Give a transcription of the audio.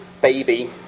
baby